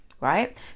Right